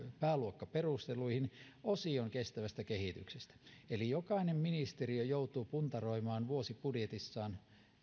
pääluokkaperusteluihin osion kestävästä kehityksestä eli jokainen ministeriö joutuu puntaroimaan vuosibudjetissaan